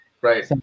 Right